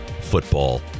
football